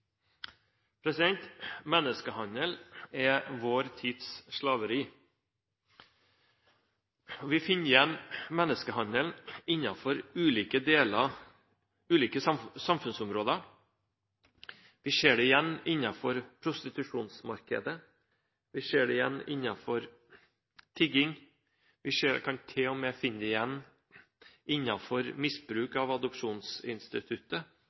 vår tids slaveri. Vi finner igjen menneskehandel innenfor ulike samfunnsområder: Vi ser det innenfor prostitusjonsmarkedet, vi ser det innenfor tigging, vi kan til og med finne misbruk innenfor adopsjonsinstituttet, handel med unger i forbindelse med adopsjon, og vi ser det